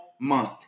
month